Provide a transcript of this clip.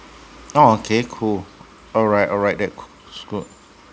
oh okay cool alright alright that was good